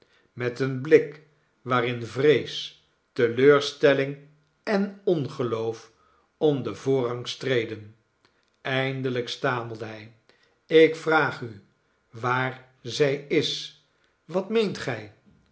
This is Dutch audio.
met een blik waarin vrees teleurstelling en ongeloof om den voorrang streden eindelijk stamelde hij ik vraag u waar zij is wat meent gij